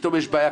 פתאום יש בעיה,